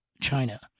China